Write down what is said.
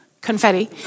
confetti